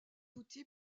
outil